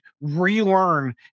relearn